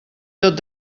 tot